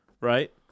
right